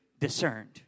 discerned